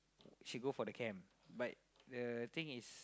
she go for the camp but the thing is